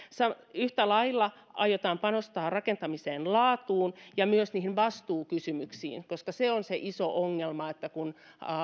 yhtä lailla aiotaan panostaa rakentamisen laatuun ja myös niihin vastuukysymyksiin koska se on se iso ongelma että kun